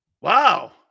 Wow